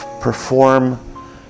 perform